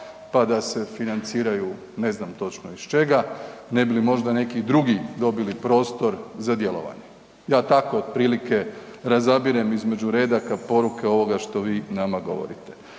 pa da se financiraju ne znam točno iz čega, ne bi li možda neki drugi dobili prostor za djelovanje. Ja tako otprilike razabirem između redaka poruke ovoga što vi nama govorite.